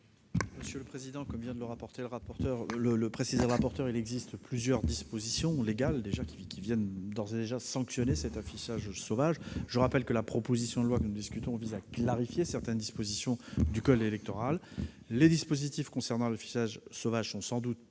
Gouvernement ? Comme vient de le préciser M. le rapporteur, il existe plusieurs dispositions légales qui viennent d'ores et déjà sanctionner cet affichage sauvage. Je rappelle que la proposition de loi que nous examinons vise à clarifier certaines dispositions du code électoral. Les dispositifs concernant l'affichage sauvage sont sans doute